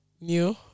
new